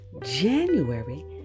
January